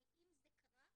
אבל אם זה קרה,